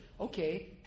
Okay